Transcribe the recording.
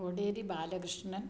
Kodiyeri Balakrishnan